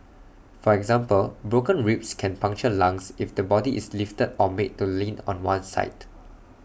for example broken ribs can puncture lungs if the body is lifted or made to lean on one side